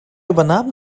übernahm